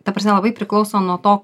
ta prasme labai priklauso nuo to